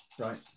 right